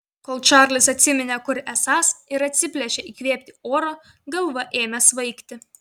kol čarlis atsiminė kur esąs ir atsiplėšė įkvėpti oro galva ėmė svaigti